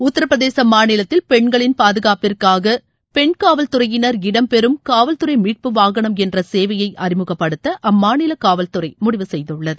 உத்தரப்பிரதேச மாநிலத்தில் பெண்களின் பாதுகாப்பிற்காக பெண் காவல் துறையினர் இடம் பெறும் காவல் துறை மீட்பு வாகனம் என்ற சேவையை அறிமுகப்படுத்த அம்மாநில காவல்துறை முடிவு செய்துள்ளது